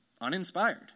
uninspired